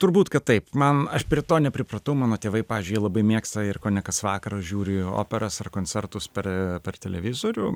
turbūt kad taip man aš prie to nepripratau mano tėvai pavyzdžiui jie labai mėgsta ir kone kas vakarą žiūri operas ar koncertus per per televizorių